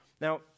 Now